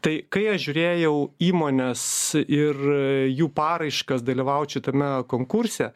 tai kai aš žiūrėjau įmones ir jų paraiškas dalyvaut šitame konkurse